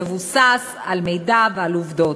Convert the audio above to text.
מבוסס על מידע ועל עובדות.